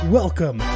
welcome